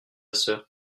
sœur